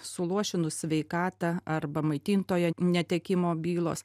suluošinus sveikatą arba maitintojo netekimo bylos